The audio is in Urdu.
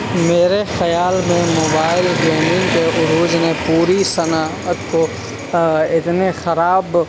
میرے خیال میں موبائل گیمنگ کے عروج نے پوری صنعت کو اتنے خراب